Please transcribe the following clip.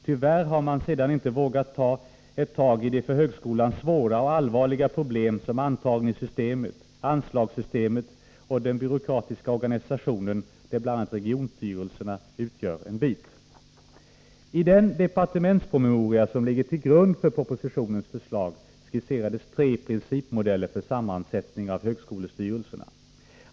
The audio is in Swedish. Tyvärr har man sedan inte vågat ta ett tag i de för högskolan svåra och allvarliga problemen, som antagningssystemet, anslagssystemet och den byråkratiska organisationen, där bl.a. regionstyrelserna utgör en bit. I den parlamentspromemoria som ligger till grund för propositionens förslag skisserades tre principmodeller för sammansättning av högskolestyrelserna.